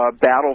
Battle